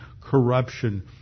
corruption